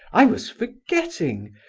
i was forgetting!